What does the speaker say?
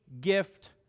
gift